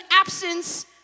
absence